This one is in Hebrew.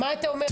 מה אתה אומר?